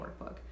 workbook